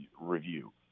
review